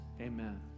amen